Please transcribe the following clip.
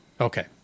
Okay